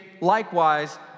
likewise